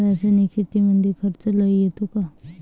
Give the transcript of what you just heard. रासायनिक शेतीमंदी खर्च लई येतो का?